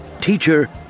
Teacher